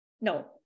no